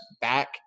back